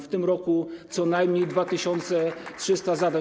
W tym roku co najmniej 2300 zadań.